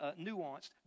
nuanced